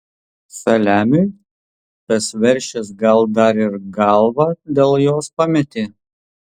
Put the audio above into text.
saliamiui tas veršis gal dar ir galvą dėl jos pametė